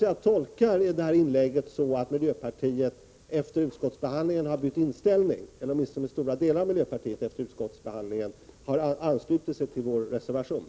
Jag tolkar Claes Roxberghs inlägg som att miljöpartiet efter utskottsbehandlingen har bytt inställning, eller att åtminstone stora delar av miljöpartiet efter utskottsbehandlingen har anslutit sig till vår reservation.